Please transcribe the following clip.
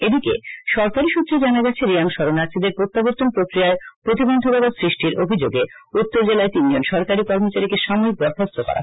এদিকে সরকারী সু ত্রে জানা গেছে রিয়াং শরনার্থীদের প্রত্যাবর্ত ন প্রক্রিয়ায় প্রতিবন্ধকতা সৃষ্টির দায়ে উত্তর জেলায় তিনজন সরকারী কর্ম চারীকে সাময়িক বরখাস্ত করা হয়েছে